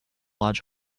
large